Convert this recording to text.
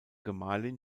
gemahlin